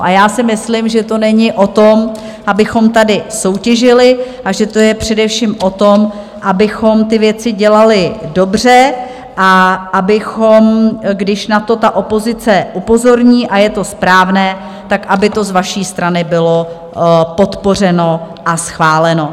A já si myslím, že to není o tom, abychom tady soutěžili, ale že je to především o tom, abychom ty věci dělali dobře a abychom, když na to opozice upozorní a je to správné, tak aby to z vaší strany bylo podpořeno a schváleno.